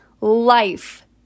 life